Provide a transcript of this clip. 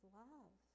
love